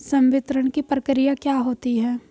संवितरण की प्रक्रिया क्या होती है?